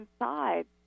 inside